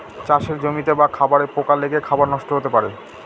চাষের জমিতে বা খাবারে পোকা লেগে খাবার নষ্ট হতে পারে